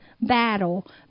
battle